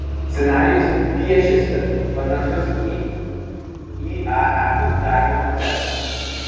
scenarijus piešiasi panašus į iae uždarymo procesą